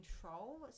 control